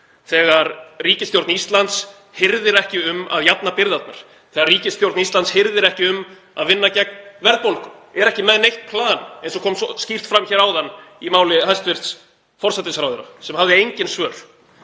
þegar ríkisstjórn Íslands hirðir ekki um að jafna byrðarnar, þegar ríkisstjórn Íslands hirðir ekki um að vinna gegn verðbólgu? Er ekki með neitt plan, eins og kom svo skýrt fram áðan í máli hæstv. forsætisráðherra sem hafði engin svör.